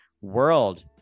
world